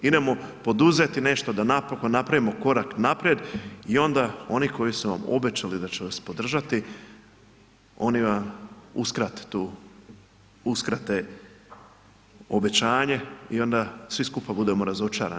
Idemo poduzeti nešto da napokon napravimo korak naprijed i onda oni koji su vam obećali da će vas podržati, oni vam uskrate tu, uskrate obećanje i onda svi skupa budemo razočarani.